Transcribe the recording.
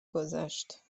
گذشت